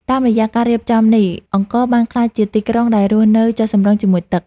តាមរយៈការរៀបចំនេះ អង្គរបានក្លាយជាទីក្រុងដែលរស់នៅចុះសម្រុងជាមួយទឹក។